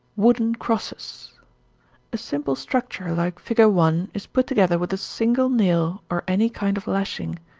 wooden crosses a simple structure like fig. one is put together with a single nail or any kind of lashing.